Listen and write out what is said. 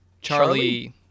Charlie